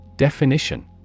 Definition